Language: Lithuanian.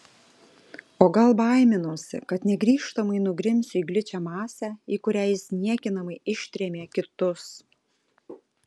o gal baiminausi kad negrįžtamai nugrimsiu į gličią masę į kurią jis niekinamai ištrėmė kitus